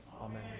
Amen